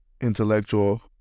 Intellectual